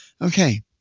Okay